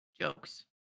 jokes